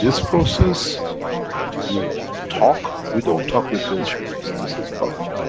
this process you talk. we don't talk, we're finished with this, this is gone.